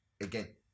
again